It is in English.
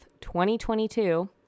2022